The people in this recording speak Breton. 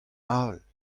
avel